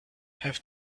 have